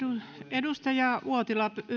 edustaja uotila